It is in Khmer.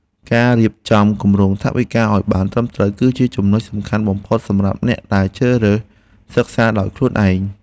ការរៀបចំគម្រោងថវិកាឱ្យបានត្រឹមត្រូវគឺជាចំណុចសំខាន់បំផុតសម្រាប់អ្នកដែលជ្រើសរើសសិក្សាដោយខ្លួនឯង។